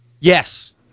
Yes